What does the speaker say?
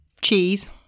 Cheese